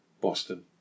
Boston